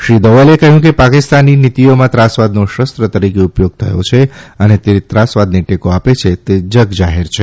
શ્રી દોવલે કહ્યું કે પાકિસ્તાની નીતીઓમાં ત્રાસવાદનો શસ્ત્ર તરીકે ઉપયોગ થયો છે અને તે ત્રાસવાદને ટેકો આપે છે તે જગજાહેર છે